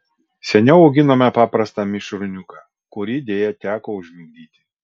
seniau auginome paprastą mišrūniuką kurį deja teko užmigdyti